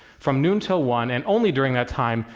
from noon til one, and only during that time,